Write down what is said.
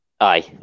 Aye